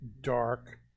dark